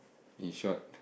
in short